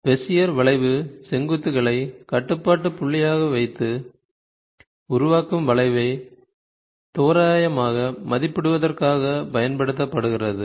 Bezier வளைவு செங்குத்துகளை கட்டுப்பாட்டு புள்ளியாக வைத்து உருவாக்கும் வளைவை தோராயமாக மதிப்பிடுவதற்காக பயன்படுத்துகிறது